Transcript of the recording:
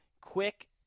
quick